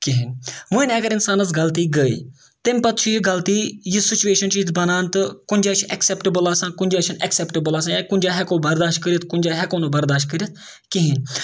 کِہیٖنۍ وۄنۍ اگر اِنسانَس غلطی گٔے تمہِ پَتہٕ چھُ یہِ غلطی یہِ سُچویشَن چھِ ییٚتہِ بَنان تہٕ کُنہِ جایہِ چھِ ایٚکسیٚپٹبٕل آسان کُنہِ جایہِ چھَنہٕ ایٚکسیٚپٹبٕل آسان یا کُنہِ جایہِ ہیٚکو بَرداش کٔرِتھ کُنہِ جایہِ ہیٚکو نہٕ برداش کٔرِتھ کِہیٖنۍ